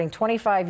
25